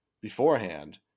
beforehand